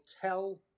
tell